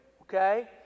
okay